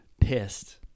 pissed